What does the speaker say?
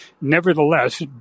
nevertheless